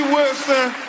Wilson